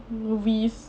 movies